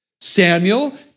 Samuel